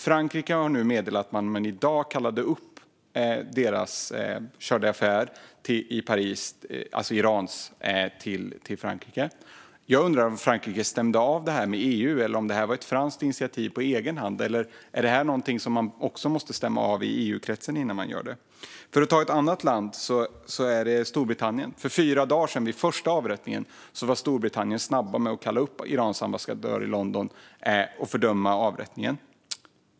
Frankrike har i dag kallat upp Irans chargé d'affaires i Paris. Jag undrar om Frankrike stämde av detta med EU eller om detta var ett eget initiativ av Frankrike. Är detta något man måste stämma av med EU-kretsen innan man gör det? Ett annat land är Storbritannien. Vid första avrättningen för fyra dagar sedan kallade Storbritannien snabbt upp Irans ambassadör i London och fördömde avrättningen.